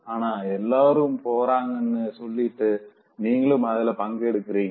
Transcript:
ஆனா எல்லாரும் போறாங்கன்னு சொல்லிட்டு நீங்களும் அதுல பங்கெடுக்கிறீங்க